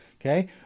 Okay